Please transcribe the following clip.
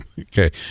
Okay